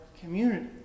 community